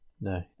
No